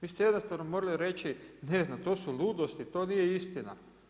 Vi ste jednostavno morali reći ne znam to su ludosti, to nije istina.